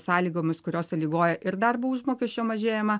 sąlygomis kurios sąlygoja ir darbo užmokesčio mažėjimą